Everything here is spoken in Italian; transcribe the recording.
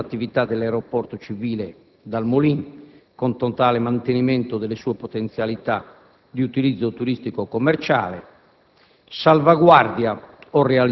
assenza di impatti negativi sull'attività dell'aeroporto civile Dal Molin, con totale mantenimento delle sue potenzialità di utilizzo turistico-commerciale;